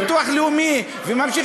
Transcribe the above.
למה רוצח